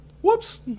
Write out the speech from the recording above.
whoops